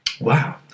Wow